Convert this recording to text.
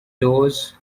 doors